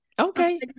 Okay